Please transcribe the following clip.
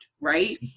right